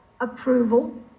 approval